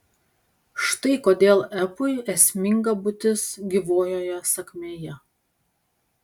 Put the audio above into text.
štai kodėl epui esminga būtis gyvojoje sakmėje